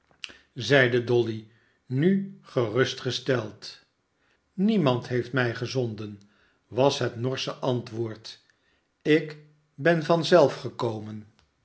zeide dolly nu gerustgesteld niemand heeft mij gezonden was het norsche antwoord ik ben van zelf gekomen